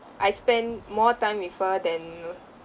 I spend more time with her than